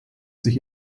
sich